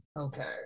Okay